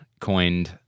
coined